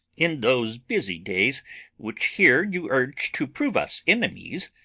in those busy days which here you urge to prove us enemies,